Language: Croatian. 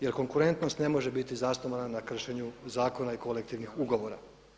Jer konkurentnost ne može biti zasnovana na kršenju zakona i kolektivnih ugovora.